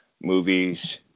movies